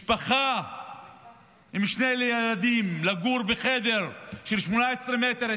משפחה עם שני ילדים גרה בחדר של 18 מטר,